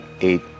eight